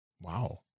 Wow